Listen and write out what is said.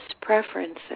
preferences